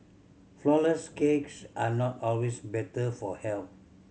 flourless cakes are not always better for health